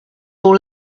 all